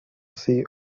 see